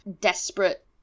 desperate